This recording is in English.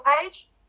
page